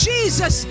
Jesus